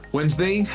Wednesday